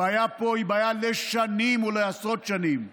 הבעיה פה היא בעיה לשנים ולעשרות שנים,